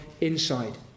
inside